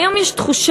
היום יש תחושה,